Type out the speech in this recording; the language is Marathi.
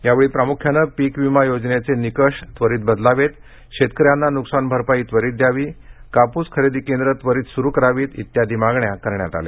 यावेळी प्रामुख्यानं पिक विमा योजनेचे निकष त्वरीत बदलावेत शेतकऱ्यांना नुकसान भरपाई त्वरीत द्यावी कापूस खरेदी केंद्रं त्वरीत सुरू करावी इत्यादि मागण्या करण्यात आल्या